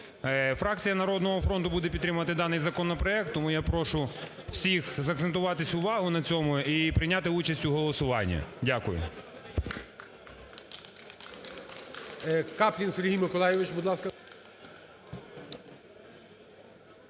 Фракція "Народного фронту" буде підтримувати даний законопроект, тому я прошу всіх закцентувати увагу на цьому і прийняти участь у голосуванні. Дякую.